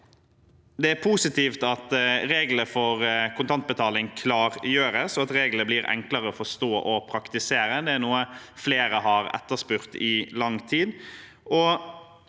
Det er positivt at reglene for kontantbetaling klargjøres, og at reglene blir enklere å forstå og praktisere. Det er noe flere har etterspurt i lang tid.